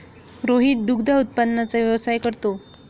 रोहित दुग्ध उत्पादनाचा व्यवसाय करतो